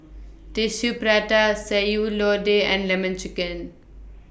Tissue Prata Sayur Lodeh and Lemon Chicken